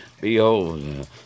Behold